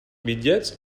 bitllets